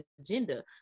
agenda